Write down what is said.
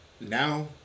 Now